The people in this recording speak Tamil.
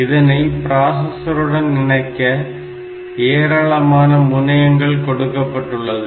இதனை பிராசஸருடன் இணைக்க ஏராளமான முனையங்கள் கொடுக்கப்பட்டுள்ளது